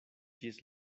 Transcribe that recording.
ĝis